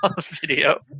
video